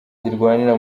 zirwanira